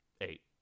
Eight